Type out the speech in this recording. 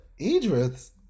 Idris